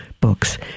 books